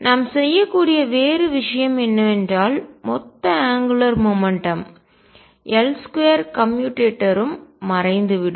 நாம் செய்யக்கூடிய வேறு விஷயம் என்னவென்றால் மொத்த அங்குலார் மொமெண்ட்டம் கோண உந்தம் L2 கம்யூட்டேட்டரும் மறைந்துவிடும்